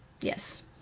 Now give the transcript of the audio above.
Yes